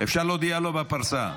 אפשר להודיע לו בפרסה.